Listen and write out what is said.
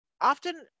often